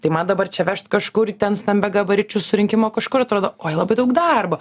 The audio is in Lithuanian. tai man dabar čia vežt kažkur į ten stambiagabaričių surinkimo kažkur atrodo oi labai daug darbo